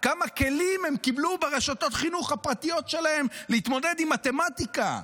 כמה כלים הם קיבלו ברשתות החינוך הפרטיות שלהם להתמודד עם מתמטיקה,